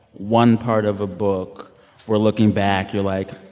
one part of a book where looking back you're like,